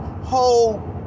whole